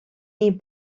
nii